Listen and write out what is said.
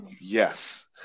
Yes